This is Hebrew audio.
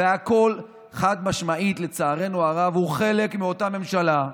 הכול חד-משמעית, לצערנו הרב, חלק מאותה ממשלה,